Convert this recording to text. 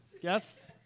yes